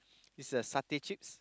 it's a satay chips